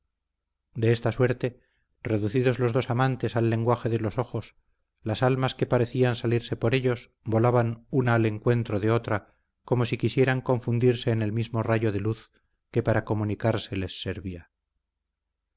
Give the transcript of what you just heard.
de esta suerte reducidos los dos amantes al lenguaje de los ojos las almas que parecían salirse por ellos volaban una al encuentro de otra como si quisieran confundirse en el mismo rayo de luz que para